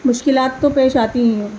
مشکلات تو پیش آتی ہی ہیں